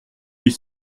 huit